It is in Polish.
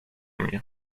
mnie